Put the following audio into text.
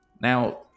Now